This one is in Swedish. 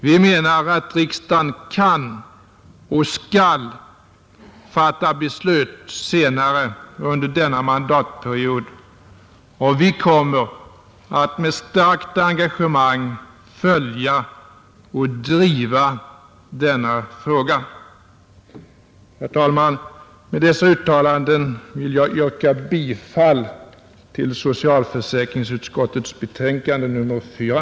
Vi menar att riksdagen kan och skall fatta beslut senare under denna mandatperiod, och vi kommer att med starkt engagemang följa och driva denna fråga. Herr talman! Med dessa uttalanden vill jag yrka bifall till socialförsäkringsutskottets hemställan i betänkande nr 4.